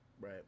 Right